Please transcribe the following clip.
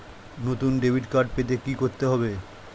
নতুন debit card পেতে কী করতে হবে?